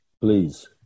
please